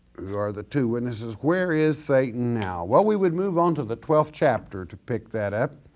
who are the two witnesses, where is satan now? well we would move on to the twelfth chapter to pick that up.